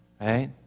right